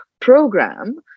program